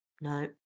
No